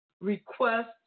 request